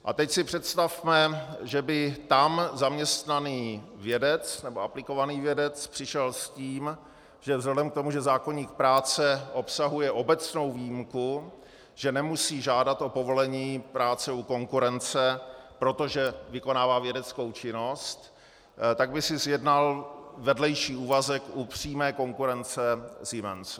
A teď si představme, že by tam zaměstnaný vědec nebo aplikovaný vědec přišel s tím, že vzhledem k tomu, že zákoník práce obsahuje obecnou výjimku, že nemusí žádat o povolení práce u konkurence, protože vykonává vědeckou činnost, tak by si sjednal vedlejší úvazek u přímé konkurence Siemens.